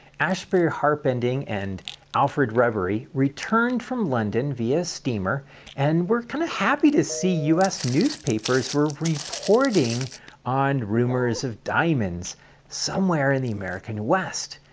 asbury harpending and alfred rubery returned from london via steamer and were kind of happy to see u s. newspapers were reporting on rumors of diamonds somewhere in the american west.